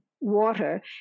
water